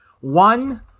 One